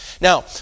Now